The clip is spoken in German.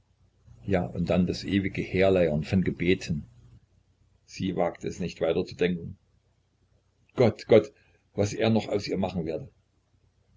ja und dann das ewige herleiern von gebeten sie wagte es nicht weiter zu denken gott gott was er noch aus ihr machen werde